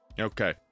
Okay